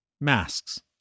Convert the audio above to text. Masks